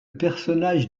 personnage